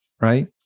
right